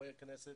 מחברי הכנסת